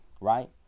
right